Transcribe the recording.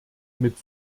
mit